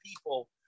people